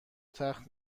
تخت